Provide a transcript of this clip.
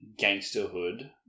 gangsterhood